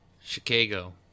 Chicago